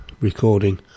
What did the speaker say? recording